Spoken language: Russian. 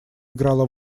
играла